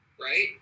Right